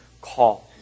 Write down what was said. call